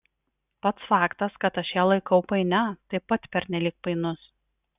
pats faktas kad aš ją laikau painia taip pat pernelyg painus